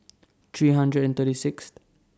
three hundred and thirty Sixth